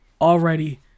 already